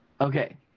Okay